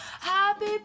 happy